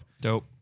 Dope